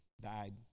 died